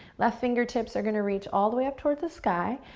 left fingertips are gonna reach all the way up towards the sky,